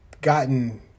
gotten